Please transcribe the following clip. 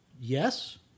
Yes